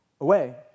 away